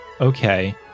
Okay